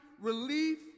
relief